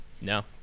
No